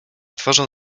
tworzą